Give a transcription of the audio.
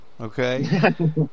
Okay